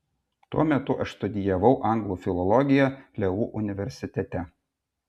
tuo metu aš studijavau anglų filologiją leu universitete